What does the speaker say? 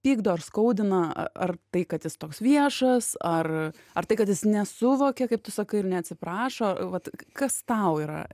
pykdo ar skaudina ar ar tai kad jis toks viešas ar ar tai kad jis nesuvokia kaip tu sakai ir neatsiprašo vat kas tau yra